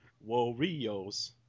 Warriors